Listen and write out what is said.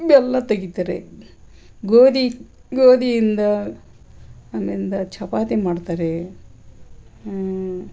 ಬೆಲ್ಲ ತೆಗಿತಾರೆ ಗೋಧಿ ಗೋಧಿಯಿಂದ ಆಮೇಲಿಂದ ಚಪಾತಿ ಮಾಡ್ತಾರೆ ಹೂ